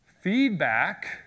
Feedback